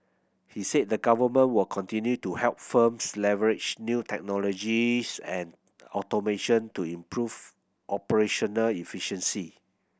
he said the government will continue to help firms leverage new technologies and automation to improve operational efficiency